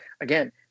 again